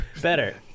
Better